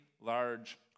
large